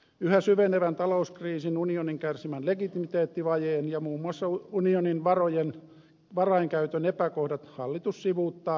yhä syvenevän talouskriisin unionin kärsimän legitimiteettivajeen ja muun muassa unionin varainkäytön epäkohdat hallitus sivuuttaa lähes kokonaan